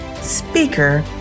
speaker